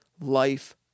life